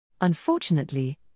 Unfortunately